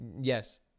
Yes